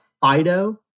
Fido